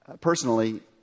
personally